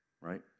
Right